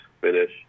finish